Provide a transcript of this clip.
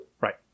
Right